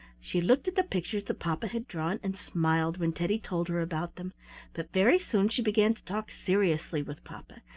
she looked at the pictures that papa had drawn, and smiled when teddy told her about them but very soon she began to talk seriously with papa.